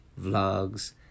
vlogs